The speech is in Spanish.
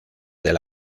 del